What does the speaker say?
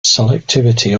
selectivity